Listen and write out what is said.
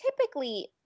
typically